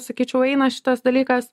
sakyčiau eina šitas dalykas